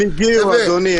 הם הגיעו, אדוני.